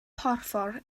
porffor